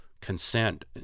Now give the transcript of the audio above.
consent